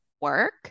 Work